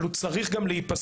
אבל הוא צריך גם להיפסק.